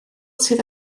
sydd